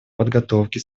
подготовки